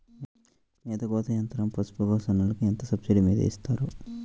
మేత కోత యంత్రం పశుపోషకాలకు ఎంత సబ్సిడీ మీద ఇస్తారు?